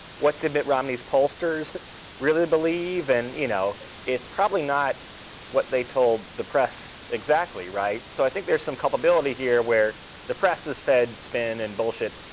what did mitt romney's pollsters really believe? and you know it's probably not what they told the press, exactly, right? so i think there's some culpability here where the press is fed spin and bullshit,